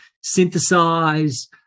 synthesize